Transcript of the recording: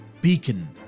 beacon